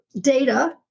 data